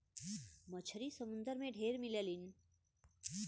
मछरी समुंदर में ढेर मिललीन